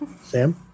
sam